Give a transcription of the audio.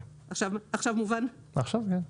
בסדר.